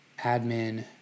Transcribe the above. admin